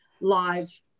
live